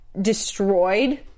destroyed